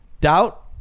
doubt